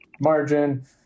margin